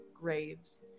graves